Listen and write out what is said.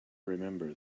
remember